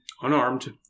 Unarmed